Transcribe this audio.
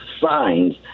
signs